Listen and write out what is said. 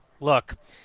Look